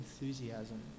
enthusiasm